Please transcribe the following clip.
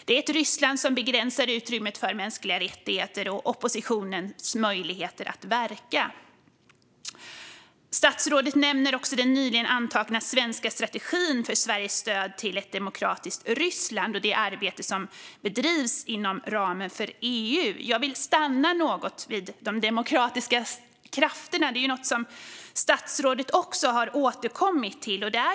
Det är ett Ryssland som begränsar utrymmet för mänskliga rättigheter och oppositionens möjligheter att verka. Statsrådet nämner också den nyligen antagna svenska strategin för Sveriges stöd till ett demokratiskt Ryssland och det arbete som bedrivs inom ramen för EU. Jag vill stanna något vid de demokratiska krafterna, något som statsrådet också har återkommit till.